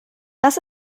was